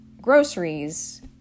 groceries